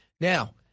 Now